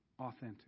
authentic